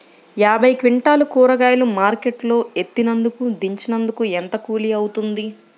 యాభై క్వింటాలు కూరగాయలు మార్కెట్ లో ఎత్తినందుకు, దించినందుకు ఏంత కూలి అవుతుంది?